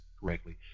correctly